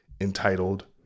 entitled